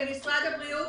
כמשרד הבריאות,